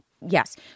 Yes